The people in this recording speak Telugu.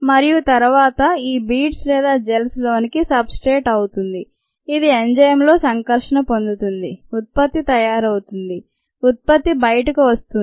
మరియు తరువాత ఈ బీడ్స్ లేదా జెల్స్ లోనికి సబ్ స్ట్రేట్ అవుతుంది ఇది ఎంజైమ్ తో సంకర్షణ పొందుతుంది ఉత్పత్తి తయారవుతుంది ఉత్పత్తి బయటకు వస్తుంది